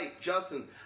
Justin